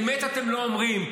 אמת אתם לא אומרים.